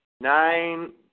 nine